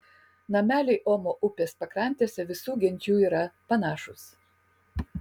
nameliai omo upės pakrantėse visų genčių yra panašūs